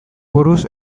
buruz